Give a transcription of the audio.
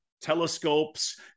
telescopes